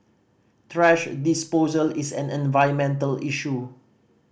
thrash disposal is an environmental issue